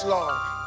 Lord